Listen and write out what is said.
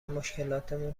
مشکلاتمون